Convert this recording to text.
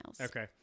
Okay